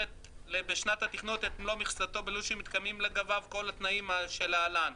בשנת התכנון את מלוא מכסתו בלול שמתקיימים לגביו כל התנאים שלהלן: